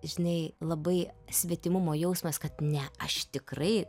žinai labai svetimumo jausmas kad ne aš tikrai